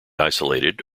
isolated